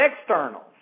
externals